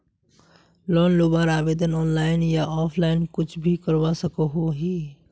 Loan लुबार आवेदन online या ऑफलाइन कुछ भी करवा सकोहो ही?